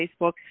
Facebook